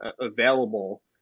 available